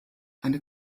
eine